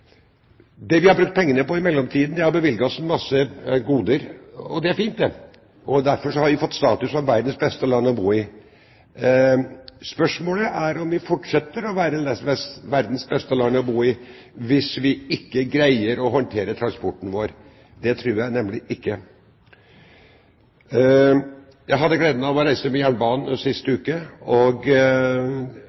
Det vi har brukt pengene på i mellomtiden, er å bevilge oss mange goder, og det er fint. Derfor har vi fått status som verdens beste land å bo i. Spørsmålet er om vi fortsetter å være verdens beste land å bo i hvis vi ikke greier å håndtere transporten vår. Det tror jeg nemlig ikke. Jeg hadde gleden av å reise med jernbanen sist uke.